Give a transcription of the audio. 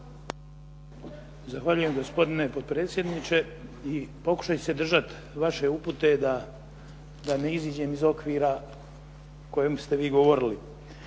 Zahvaljujem gospodine predsjedniče. Pokušat ću se držati vaše upute da ne iziđem iz okvira o kojem ste vi govorili.